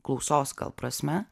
klausos gal prasme